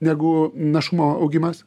negu našumo augimas